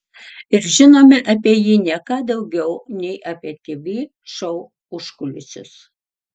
ir žinome apie jį ne ką daugiau nei apie tv šou užkulisius